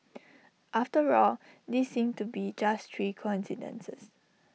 after all these seem to be just three coincidences